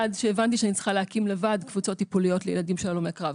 עד שהבנתי שאני צריכה להקים לבד קבוצות טיפוליות לילדים של הלומי קרב.